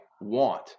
want